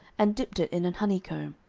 and dipped it in an honeycomb,